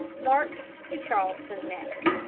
marched to charlestown neck.